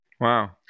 Wow